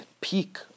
peak